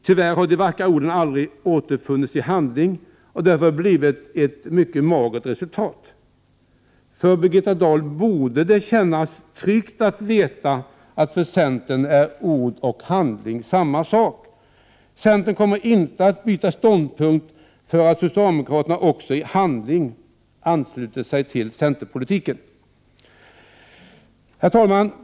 Tyvärr har de vackra orden aldrig omsatts i handling och därför har det blivit ett mycket magert resultat. För Birgitta Dahl borde det kännas tryggt att veta att ord och handling är samma sak för centern. Vi i centern kommer inte att byta ståndpunkt därför att socialdemokraterna också i handling ansluter sig till centerpolitiken. Herr talman!